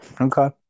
Okay